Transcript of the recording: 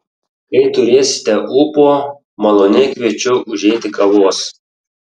kai turėsite ūpo maloniai kviečiu užeiti kavos